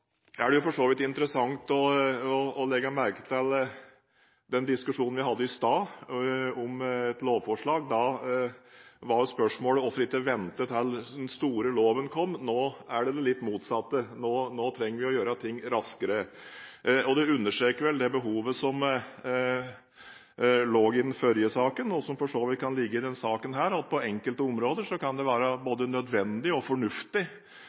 Det er for så vidt interessant å legge merke til at under den diskusjonen vi hadde i sted om et lovforslag, var spørsmålet hvorfor vi ikke venter til den store loven kommer, mens nå er det litt motsatt: Nå trenger vi å gjøre ting raskere. Det understreker vel det behovet som lå i den forrige saken, og som for så vidt kan ligge i denne saken, nemlig at det på enkelte områder kan være både nødvendig og fornuftig